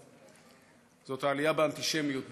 וזה העלייה באנטישמיות בארצות-הברית.